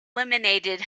eliminated